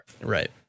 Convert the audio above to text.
right